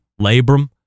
labrum